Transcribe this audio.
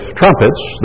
trumpets